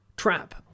Trap